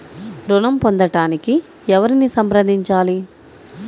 ఋణం పొందటానికి ఎవరిని సంప్రదించాలి?